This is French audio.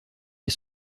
les